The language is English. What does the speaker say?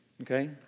Okay